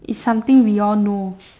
is something we all know